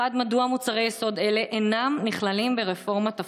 1. מדוע מוצרי יסוד אלה אינם נכללים ברפורמת הפארם?